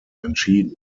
entschieden